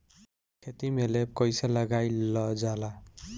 खेतो में लेप कईसे लगाई ल जाला?